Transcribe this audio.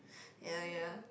ya ya